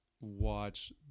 watch